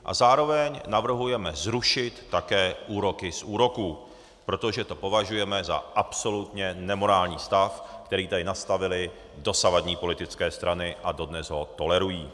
A zároveň navrhujeme zrušit také úroky z úroků, protože to považujeme za absolutně nemorální stav, který tady nastavily dosavadní politické strany, a dodnes ho tolerují.